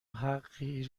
حقی